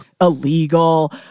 illegal